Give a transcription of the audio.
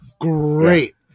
great